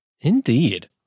Indeed